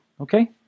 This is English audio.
Okay